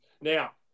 Now